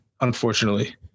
Unfortunately